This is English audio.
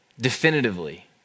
definitively